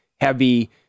heavy